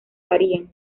varían